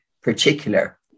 particular